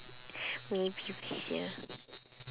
maybe was here